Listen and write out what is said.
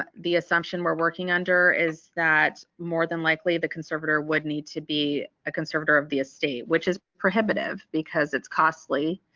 but the assumption we're working under is that more than likely the conservator would need to be a conservator of the estate which is prohibitive because it's costly.